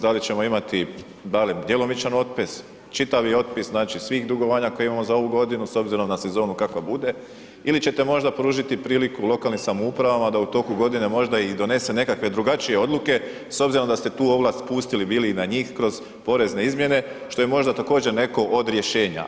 Da li ćemo imati barem djelomičan otpis, čitavi otpis, znači svih dugovanja koje imamo za ovu godinu, s obzirom na sezonu kakva bude, ili ćete možda pružiti priliku lokalnim samoupravama da u toku godine možda donese i neke drugačije odluke s obzirom da ste tu ovlast spustili bili i na njih kroz porezne izmjene, što je možda također, neko od rješenja.